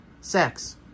Sex